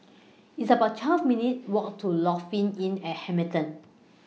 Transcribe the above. It's about twelve minutes' Walk to Lofi Inn At Hamilton